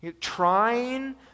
Trying